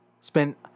spent